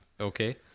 Okay